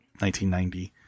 1990